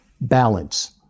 balance